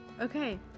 Okay